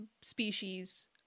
species